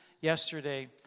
yesterday